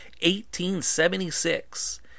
1876